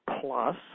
Plus